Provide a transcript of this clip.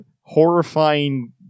horrifying